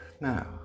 now